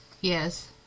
Yes